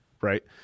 Right